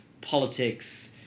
politics